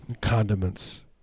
Condiments